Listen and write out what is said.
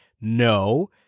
No